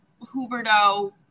Huberto